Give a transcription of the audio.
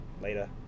Later